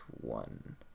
one